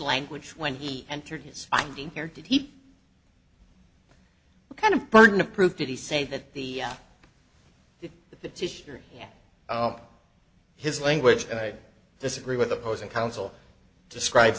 language when he entered his finding here did he kind of burden of proof did he say that the the the petitioner his language and i disagree with opposing counsel describe